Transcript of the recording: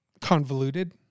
convoluted